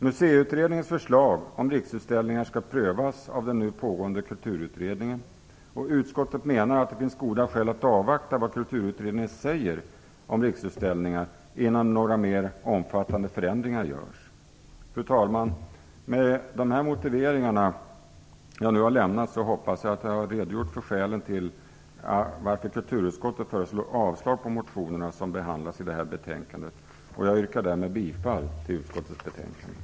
Museiutredningens förslag om Riksutställningar skall prövas av den nu pågående Kulturutredningen, och utskottet menar att det finns goda skäl att avvakta vad Kulturutredningen säger om Riksutställningar innan några mer omfattande förändringar görs. Fru talman! Med de motiveringar jag nu har lämnat hoppas jag att jag har redogjort för skälen till att kulturutskottet föreslår avslag på de motioner som behandlas i detta betänkande. Jag yrkar därmed bifall till utskottets hemställan.